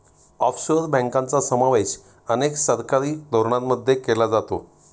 offshore बँकांचा समावेश अनेक सरकारी धोरणांमध्ये केला जातो